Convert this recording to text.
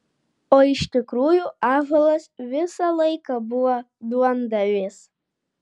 o iš tikrųjų ąžuolas visą laiką buvo duondavys